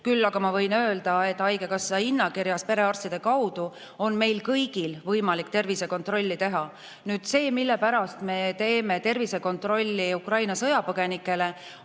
Küll aga ma võin öelda, et haigekassa hinnakirja alusel on perearstide kaudu meil kõigil võimalik tervisekontrolli teha. Põhjus, mille pärast me teeme tervisekontrolli Ukraina sõjapõgenikele,